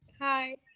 Hi